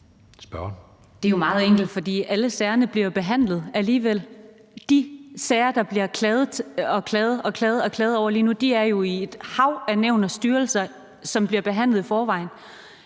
Det er meget enkelt, for alle sagerne bliver jo behandlet alligevel. De sager, der bliver klaget over igen og igen lige nu, er jo i et hav af nævn og styrelser, hvor de bliver behandlet i forvejen.